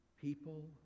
people